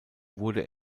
wurde